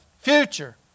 future